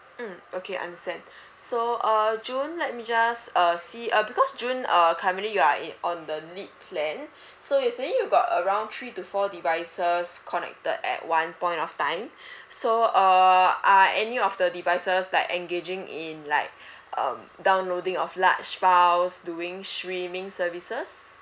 mm okay understand so uh june let me just uh see uh because june uh currently you are it on the lit plan so you saying you got around three to four devices connected at one point of time so uh are any of the devices like engaging in like um downloading of large files doing streaming services